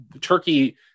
turkey